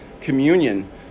communion